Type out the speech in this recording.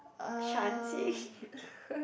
um